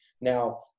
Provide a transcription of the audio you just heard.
Now